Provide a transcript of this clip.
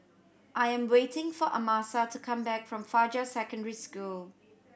I am waiting for Amasa to come back from Fajar Secondary School